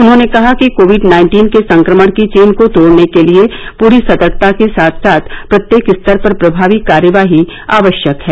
उन्होंने कहा कि कोवेड नाइन्टीन के संक्रमण की चेन को तोडने के लिये पूरी सतर्कता के साथ साथ प्रत्येक स्तर पर प्रभावी कार्यवाही आवश्यक है